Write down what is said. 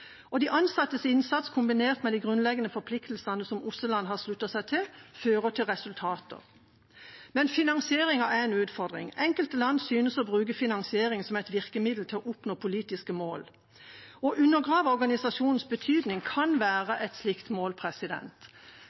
De ansattes innsats kombinert med de grunnleggende forpliktelsene som OSSE-land har sluttet seg til, fører til resultater. Men finansieringen er en utfordring. Enkelte land ser ut til å bruke finansiering som et virkemiddel til å oppnå politiske mål. Å undergrave organisasjonens betydning kan være et slikt mål.